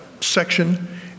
section